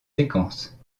séquence